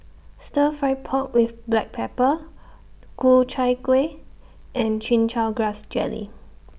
Stir Fry Pork with Black Pepper Ku Chai Kuih and Chin Chow Grass Jelly